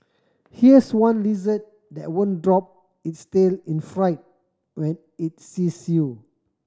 here's one lizard that won't drop its tail in fright when it sees you